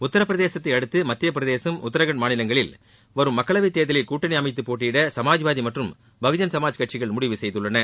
உத்தரப் பிரதேசத்தை அடுத்து மத்தியப் பிரதேசம் உத்தரகண்ட் மாநிலங்களிலும் வரும் மக்களவைத் தேர்தலில் கூட்டணி அமைத்து போட்டியிட சுமாஜ்வாதி மற்றம் பகுஜன் சமாஜ் கட்சிகள் முடிவு செய்துள்ளன